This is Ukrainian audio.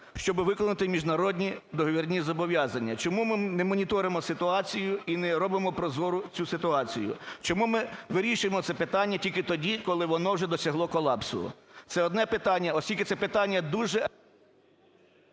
щоб виконати міжнародні договірні зобов'язання? Чому ми немоніторимо ситуацію і не робимо прозору цю ситуацію? Чому ми вирішуємо це питання тільки тоді, коли воно вже досягло колапсу? Це одне питання, оскільки це питання дуже…